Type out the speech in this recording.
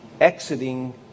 exiting